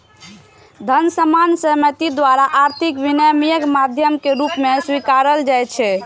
धन सामान्य सहमति द्वारा आर्थिक विनिमयक माध्यम के रूप मे स्वीकारल जाइ छै